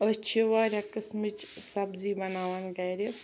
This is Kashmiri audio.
أسۍ چھِ واریاہ قٕسمٕچ سبزی بناوان گَرِ